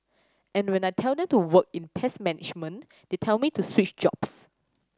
and when I tell them to work in pest management they tell me to switch jobs